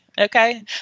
Okay